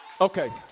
okay